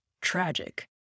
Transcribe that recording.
tragic